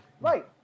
right